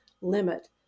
limit